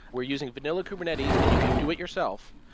we're using vanilla kubernetes, and you can do it yourself.